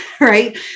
right